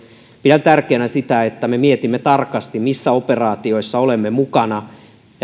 pidän tärkeänä sitä että me mietimme tarkasti missä operaatioissa olemme mukana ja